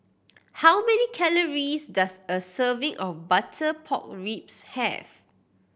how many calories does a serving of butter pork ribs have